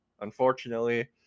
unfortunately